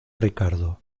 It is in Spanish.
ricardo